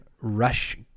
rush